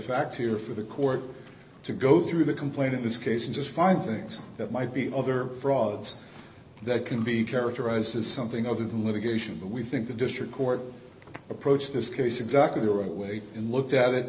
fact here for the court to go through the complaint in this case and just find things that might be other frauds that can be characterized as something other than litigation but we think the district court approached this case exactly the right way and looked at it